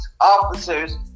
officers